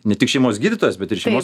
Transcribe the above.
ne tik šeimos gydytojas bet ir šeimos